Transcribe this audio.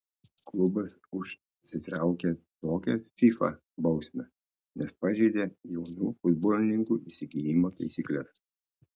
klubas užsitraukė tokią fifa bausmę nes pažeidė jaunų futbolininkų įsigijimo taisykles